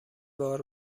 بار